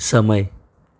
સમય